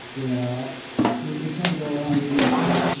you know ah you you can't go wrong eating fish.